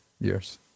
years